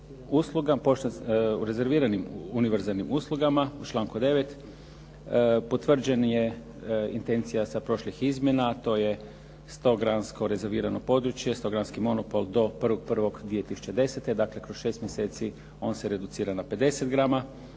U rezerviranim univerzalnim uslugama u članku 9. potvrđen je intencija sa prošlih izmjena, a to je stogramsko rezervirano područje, stogramski monopol do 1.1.2010., dakle kroz 6 mjeseci on se reducira na 50 grama,